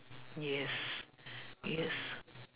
yes yes